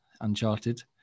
Uncharted